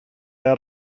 out